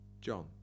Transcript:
John